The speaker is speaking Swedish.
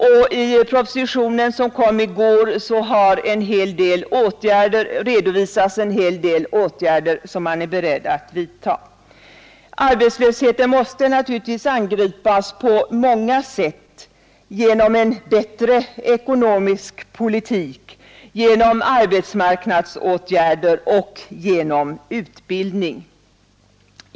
I den proposition som kom i går har redovisats en hel del åtgärder som man är beredd att vidta. Arbetslösheten måste naturligtvis angripas på många sätt — genom en bättre ekonomisk politik, genom arbetsmarknadsåtgärder och genom utbildning.